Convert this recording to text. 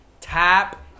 Tap